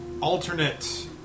alternate